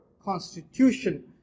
constitution